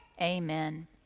Amen